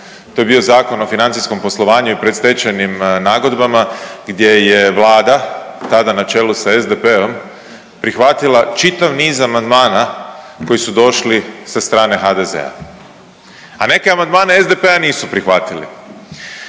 to je bio Zakon o financijskom poslovanju i predstečajnim nagodbama gdje je Vlada tada na čelu sa SDP-om prihvatila čitav niz amandmana koji su došli sa strane HDZ-a, a neke amandmane SDP-a nisu prihvatili.